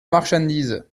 marchandise